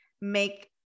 make